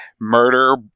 murder